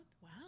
Wow